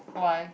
why